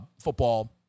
football